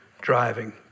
driving